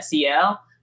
SEL